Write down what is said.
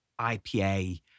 IPA